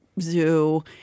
Zoo